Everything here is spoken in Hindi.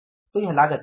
तो यह लागत क्या है